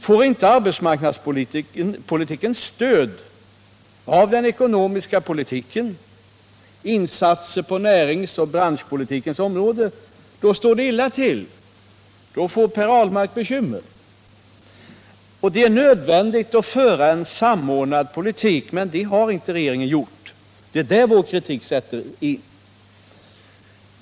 Får inte arbetsmarknadspolitiken stöd av den ekonomiska politiken, insatser på näringsoch branschpolitikens område — då står det illa till, då får Per Ahlmark bekymmer. Det är nödvändigt att föra en samordnad politik, men det har inte regeringen gjort. Det är där vår kritik sätter in.